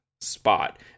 spot